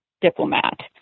diplomat